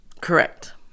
Correct